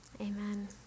Amen